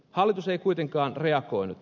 hallitus ei kuitenkaan reagoinut